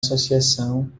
associação